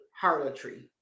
harlotry